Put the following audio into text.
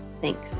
thanks